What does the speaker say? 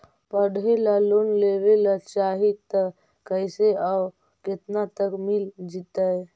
पढ़े ल लोन लेबे ल चाह ही त कैसे औ केतना तक मिल जितै?